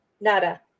nada